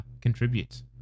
contributes